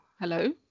hello